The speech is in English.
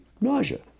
nausea